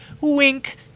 wink